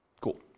Cool